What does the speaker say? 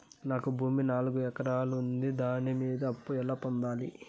నాకు భూమి నాలుగు ఎకరాలు ఉంది దాని మీద అప్పు ఎలా పొందాలి?